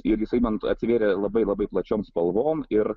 ir jisai man atsivėrė labai labai plačiom spalvom ir